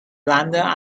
london